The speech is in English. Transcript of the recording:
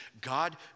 God